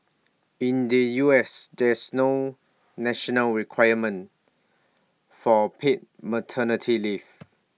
in the U S there's no national requirement for paid maternity leave